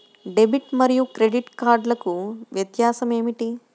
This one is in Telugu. డెబిట్ మరియు క్రెడిట్ కార్డ్లకు వ్యత్యాసమేమిటీ?